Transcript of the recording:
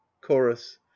chorus